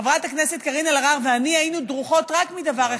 חברת הכנסת קארין אלהרר ואני היינו דרוכות רק מדבר אחד: